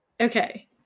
Okay